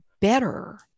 better